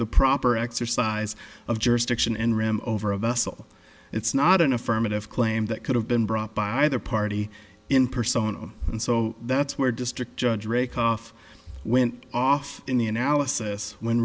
the proper exercise of jurisdiction and ram over a vessel it's not an affirmative claim that could have been brought by either party in persona and so that's where district judge rakoff went off in the analysis when